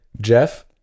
Jeff